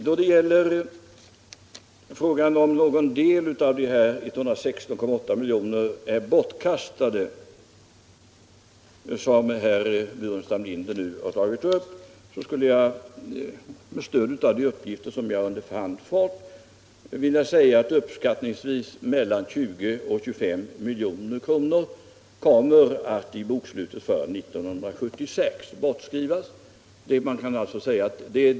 Då det gäller frågan om någon del av dessa 116,8 milj.kr. är bortkastad, som herr Burenstam Linder nu har tagit upp, skulle jag med stöd av de uppgifter som jag under hand fått vilja säga, att uppskattningsvis mellan 20 och 25 milj.kr. i bokslutet för 1976 kommer att bortskrivas.